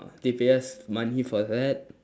they pay us money for that